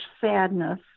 sadness